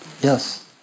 Yes